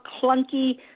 clunky